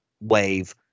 wave